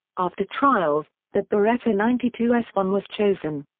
after trials, the beretta ninety two s one was chosen.